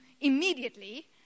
immediately